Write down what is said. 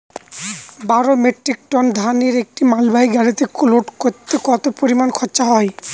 বারো metric ton ধান একটি মালবাহী গাড়িতে লোড করতে কতো পরিমাণ খরচা হয়?